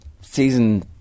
season